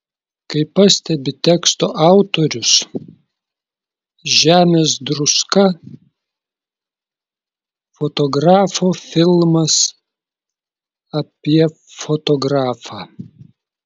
kaip pastebi teksto autorius žemės druska fotografo filmas apie fotografą